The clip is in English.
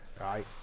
right